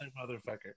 motherfucker